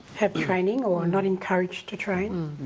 have training or are not encouraged to train.